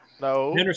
no